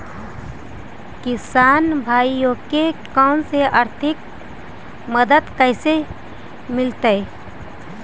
किसान भाइयोके कोन से आर्थिक मदत कैसे मीलतय?